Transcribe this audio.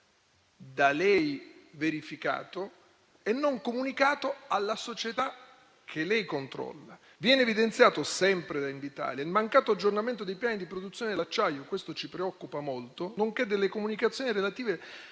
da lei verificato e non comunicato alla società che lei controlla. Sempre da Invitalia, viene evidenziato il mancato aggiornamento dei piani di produzione dell'acciaio - questo ci preoccupa molto - nonché delle comunicazioni relative